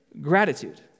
gratitude